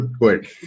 good